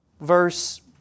verse